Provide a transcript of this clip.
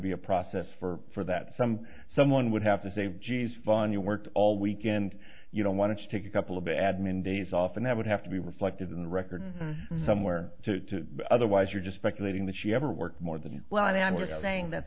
be a process for for that some someone would have to say geez fun you worked all weekend you don't want to take a couple of admin days off and that would have to be reflected in record somewhere to otherwise you're just speculating that she ever worked more than you well